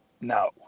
no